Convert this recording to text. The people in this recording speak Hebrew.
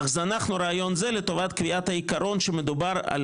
אז זנחנו רעיון זה לטובת קריאת העיקרון שמדובר על